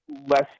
less